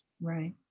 right